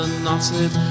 knotted